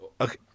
Okay